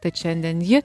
tad šiandien ji